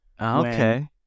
Okay